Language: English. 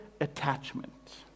attachment